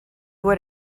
what